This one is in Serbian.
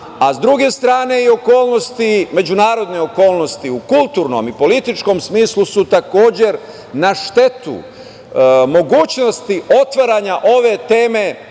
a s druge strane, i međunarodne okolnosti u kulturnom i političkom smislu su također na štetu mogućnosti otvaranja ove teme